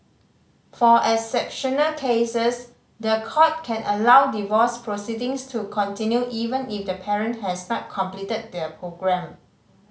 for exceptional cases the court can allow divorce proceedings to continue even if the parent has not completed the programme